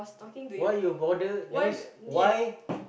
why you bother that means why